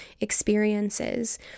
experiences